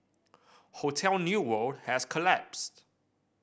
hotel New World has collapsed